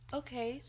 okay